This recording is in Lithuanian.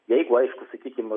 jeigu aišku sakykim